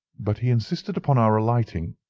but he insisted upon our alighting,